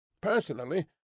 Personally